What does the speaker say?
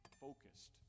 focused